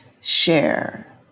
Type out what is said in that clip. share